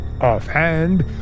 Offhand